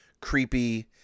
creepy